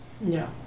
No